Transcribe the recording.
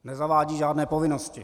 Nezavádí žádné povinnosti.